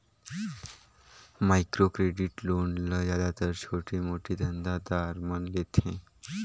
micro credit loan ल जादातर छोटे मोटे धंधा दार मन लेथें